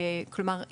כלומר,